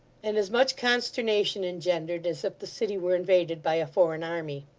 and as much consternation engendered, as if the city were invaded by a foreign army.